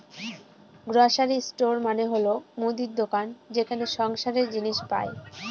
grocery store মানে হল মুদির দোকান যেখানে সংসারের জিনিস পাই